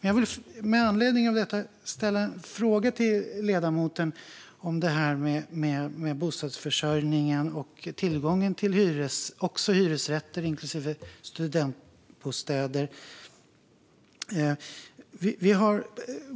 Jag vill med anledning av detta ställa en fråga till ledamoten om det här med bostadsförsörjningen och tillgången också till hyresrätter, inklusive studentbostäder.